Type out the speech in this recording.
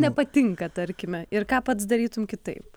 nepatinka tarkime ir ką pats darytum kitaip